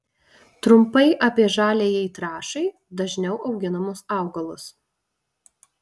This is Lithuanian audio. trumpai apie žaliajai trąšai dažniau auginamus augalus